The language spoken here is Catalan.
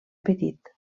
petit